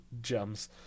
gems